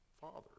father